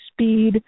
speed